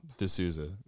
D'Souza